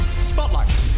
Spotlight